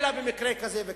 אלא במקרה כזה וכזה.